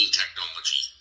technology